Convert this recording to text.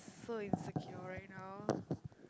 so insecure right now